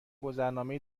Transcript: گذرنامه